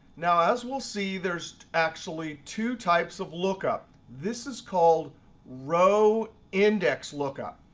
now as we'll see there's actually two types of lookup. this is called row index lookup.